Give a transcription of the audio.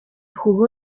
jugó